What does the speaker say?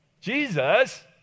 Jesus